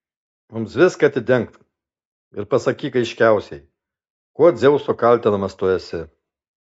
mums viską atidenk ir pasakyk aiškiausiai kuo dzeuso kaltinamas tu esi